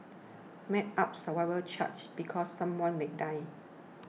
map out survival charts because someone may die